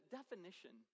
definition